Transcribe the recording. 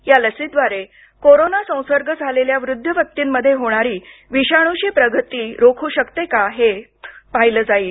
या लसीद्वारे कोरोना संसर्ग झालेल्या वृद्ध व्यक्तींमध्ये होणारी विषाणूची प्रगती रोखू शकते का ते पाहिलं जाणार आहे